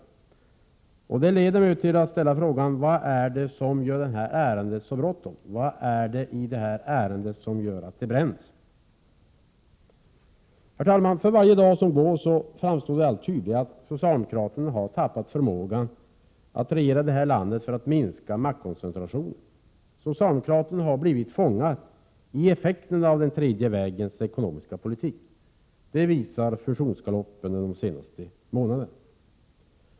Detta föranleder mig till att ställa frågan: Vad är det som gör att det är så bråttom med det här ärendet? Vad är det i det här ärendet som gör att det bränns? Herr talman! För varje dag som går framstår det allt tydligare att socialdemokraterna har tappat förmågan att regera det här landet, med målet att minska maktkoncentrationen. Socialdemokraterna har blivit fångar i effekterna av den tredje vägens ekonomiska politik. Detta visar fusionsgaloppen under de senaste månaderna.